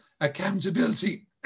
accountability